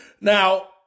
Now